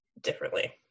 differently